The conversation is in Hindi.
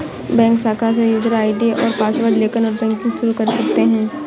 बैंक शाखा से यूजर आई.डी और पॉसवर्ड लेकर नेटबैंकिंग शुरू कर सकते है